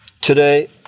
today